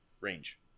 Range